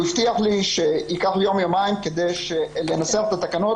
והוא הבטיח לי שייקח לי יום-יומיים כדי לנסח את התקנות